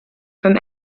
from